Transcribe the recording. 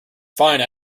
fine